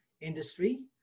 industry